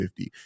50